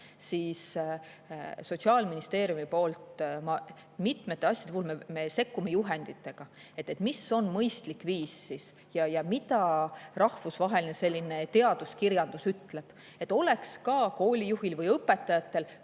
teha. Sotsiaalministeeriumi poolt mitmete asjade puhul me sekkume juhenditega, mis on mõistlik viis ja mida rahvusvaheline teaduskirjandus ütleb, et oleks ka koolijuhil või õpetajatel